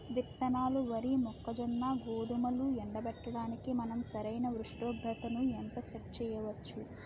విత్తనాలు వరి, మొక్కజొన్న, గోధుమలు ఎండబెట్టడానికి మనం సరైన ఉష్ణోగ్రతను ఎంత సెట్ చేయవచ్చు?